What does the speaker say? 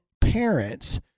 parents